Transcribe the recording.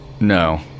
no